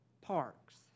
parks